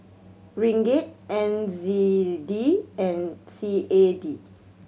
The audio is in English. Ringgit N Z D and C A D